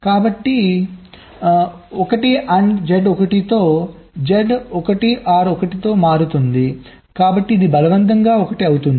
కాబట్టి I AND Z 1 తో Z I OR 1 తో మారుతుంది కాబట్టి ఇది బలవంతంగా 1 అవుతోంది